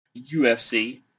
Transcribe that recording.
UFC